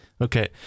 okay